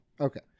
okay